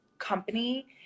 company